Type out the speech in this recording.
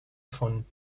von